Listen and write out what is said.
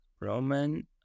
Roman